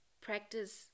practice